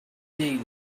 jail